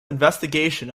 investigation